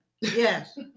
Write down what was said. Yes